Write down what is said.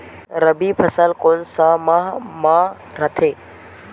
रबी फसल कोन सा माह म रथे?